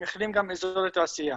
מכילים גם אזורי תעשייה.